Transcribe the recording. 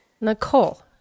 Nicole